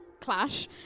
clash